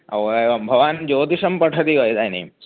ओ एवं भवान् ज्योतिषं पठति वा इदानीम्